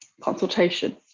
consultation